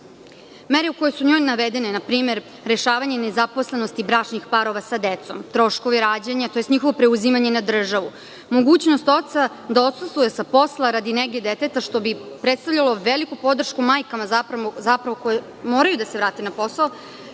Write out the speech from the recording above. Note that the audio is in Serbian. Mere koje su u njoj navedene, rešavanje nezaposlenosti bračnih parova sa decom, troškovi rađanja, njihovo preuzimanje na državu, mogućnost oca da odsustvuje sa posla radi nege deteta, što bi predstavljalo veliku podršku majkama koje moraju da se vrate na posao. Dakle,